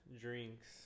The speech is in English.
drinks